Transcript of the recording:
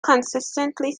consistently